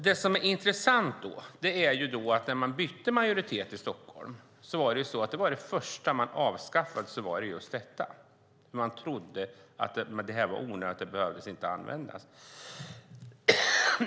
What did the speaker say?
Det som är intressant är att när man bytte majoritet i Stockholm var detta det första man avskaffade. Man trodde att det var onödigt och inte behövdes.